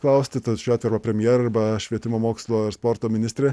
klausti tas šiuo atveju arba premjerui arba švietimo mokslo ir sporto ministrei